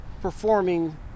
performing